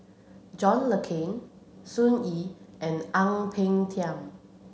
John Le Cain Sun Yee and Ang Peng Tiam